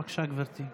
בבקשה, גברתי.